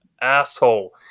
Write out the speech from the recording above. asshole